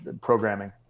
programming